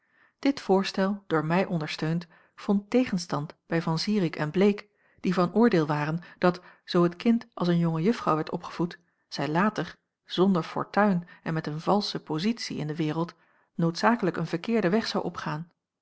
dit voorstel door mij ondersteund vond tegenstand bij van zirik en bleek die van oordeel waren dat zoo het kind als een jonge juffrouw werd opgevoed zij later zonder fortuin en met een valsche pozitie in de wereld noodzakelijk een verkeerden weg zou opgaan